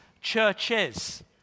churches